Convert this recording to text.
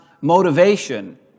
motivation